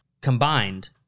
combined